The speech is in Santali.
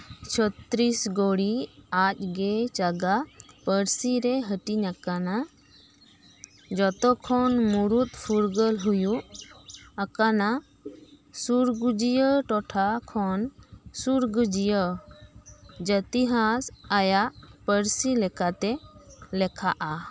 ᱪᱷᱚᱛᱛᱨᱤᱥᱜᱚᱲᱤ ᱟᱡ ᱜᱮ ᱪᱟᱸᱜᱟ ᱯᱟᱹᱨᱥᱤ ᱨᱮ ᱦᱟᱹᱴᱤᱧ ᱟᱠᱟᱱᱟ ᱡᱚᱛᱚ ᱠᱷᱚᱱ ᱢᱩᱲᱩᱫ ᱯᱷᱩᱨᱜᱟᱹᱞ ᱦᱩᱭᱩᱜ ᱟᱠᱟᱱᱟ ᱥᱩᱨᱜᱩᱡᱤᱭᱟᱹ ᱴᱤᱴᱷᱟ ᱠᱷᱚᱱ ᱥᱩᱨᱜᱩᱡᱤᱭᱟᱹ ᱡᱟᱛᱤᱦᱟᱥ ᱟᱭᱟᱜ ᱯᱟᱹᱨᱥᱤ ᱞᱮᱠᱟᱛᱮ ᱞᱮᱠᱷᱟᱜᱼᱟ